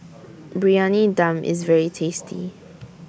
Briyani Dum IS very tasty